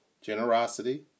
generosity